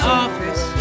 office